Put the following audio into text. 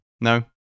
No